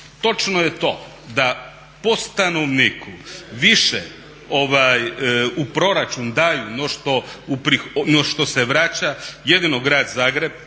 Točno je to da po stanovniku više u proračun daju no što se vraća. Jedino grad Zagreb